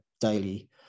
daily